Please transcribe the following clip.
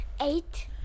Eight